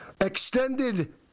extended –